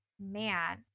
man